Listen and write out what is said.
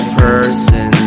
person